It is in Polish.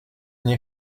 nie